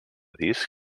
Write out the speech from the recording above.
disc